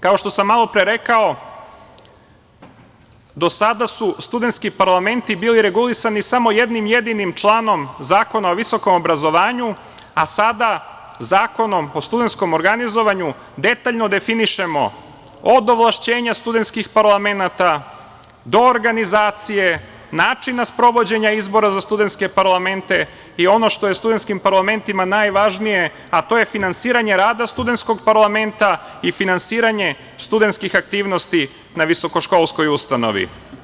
Kao što sam malo pre rekao, do sada su studentski parlamenti bili regulisani samo jednim jedinim članom Zakona o visokom obrazovanju, a sada Zakonom o studentskom organizovanju detaljno definišemo, od ovlašćenja studentskih parlamenata, do organizacije, načina sprovođenja izbora za studentske parlamente i ono što je studentskim parlamentima najvažnije, a to je finansiranje rada studentskog parlamenta i finansiranje studentskih aktivnosti na visokoškolskoj ustanovi.